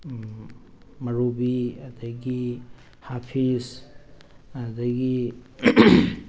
ꯃꯧꯔꯨꯕꯤ ꯑꯗꯒꯤ ꯍꯥꯐꯤꯁ ꯑꯗꯒꯤ